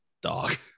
dog